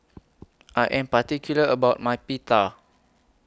I Am particular about My Pita